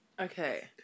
Okay